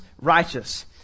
righteous